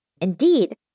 Indeed